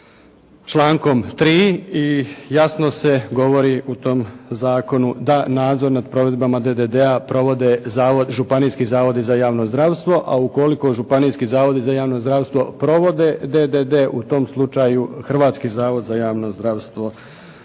člankom 3. i jasno se govori u tom zakonu da nadzor nad provedbama DDD-a provode županijski zavodi za javno zdravstvo, a ukoliko županijski zavodi za javno zdravstvo provode DDD, u tom slučaju Hrvatski zavod za javno zdravstvo